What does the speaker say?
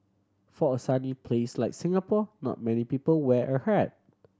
for a sunny place like Singapore not many people wear a hat